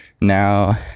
now